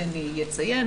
אני אציין,